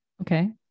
Okay